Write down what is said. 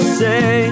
say